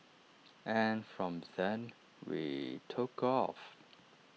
and from then we took off